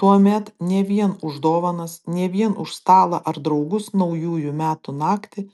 tuomet ne vien už dovanas ne vien už stalą ar draugus naujųjų metų naktį